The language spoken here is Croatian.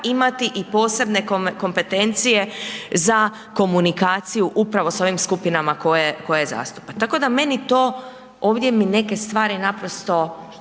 imati i posebne kompetencije za komunikaciju upravo sa ovim skupinama koje zastupa, tako da meni to, ovdje mi neke stvari naprosto